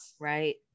Right